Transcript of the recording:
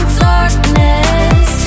darkness